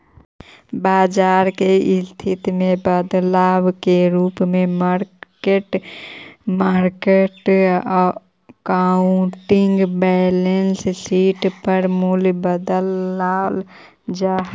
बाजार के स्थिति में बदलाव के रूप में mark to market accounting balance sheet पर मूल्य बदलल जा हई